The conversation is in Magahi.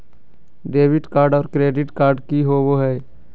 डेबिट कार्ड और क्रेडिट कार्ड की होवे हय?